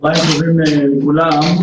צוהריים טובים לכולם.